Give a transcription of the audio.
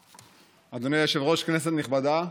היושב-ראש, כנסת נכבדה,